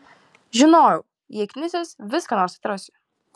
žinojau jei knisiuos vis ką nors atrasiu